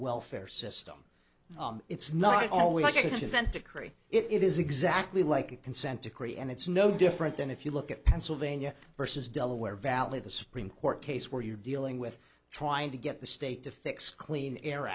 welfare system it's not always good to send decree it is exactly like a consent decree and it's no different than if you look at pennsylvania versus delaware valley the supreme court case where you're dealing with trying to get the state to fix clean air